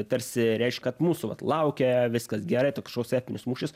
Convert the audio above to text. tarsi reiškia kad mūsų vat laukia viskas gerai toks kažkoks epinis mūšis